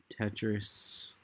Tetris